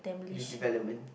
redevelopment